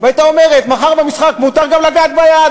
והייתה אומרת: מחר במשחק מותר גם לגעת ביד,